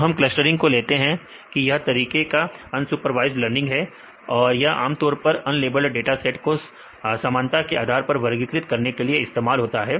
तो हम क्लस्टरिंग को लेते हैं यह एक तरीके का अनसुपरवाइज्ड लर्निंग है यह आमतौर पर अनलेबल्ड डाटा सेट को समानता के आधार पर वर्गीकृत करने के लिए इस्तेमाल होता है